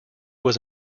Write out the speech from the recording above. was